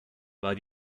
war